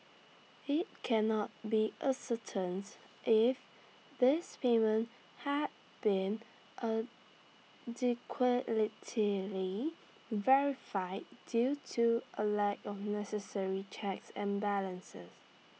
IT can not be ascertained if these payments had been verified due to A lack of necessary checks and balances